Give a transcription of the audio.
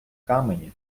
камені